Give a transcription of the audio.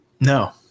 no